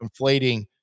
conflating